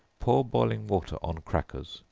pour boiling water on crackers,